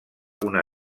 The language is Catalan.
una